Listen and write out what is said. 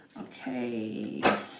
Okay